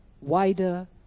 wider